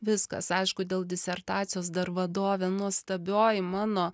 viskas aišku dėl disertacijos dar vadovė nuostabioji mano